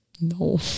No